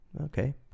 Okay